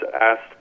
asked